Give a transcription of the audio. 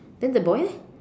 then the boy eh